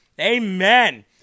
amen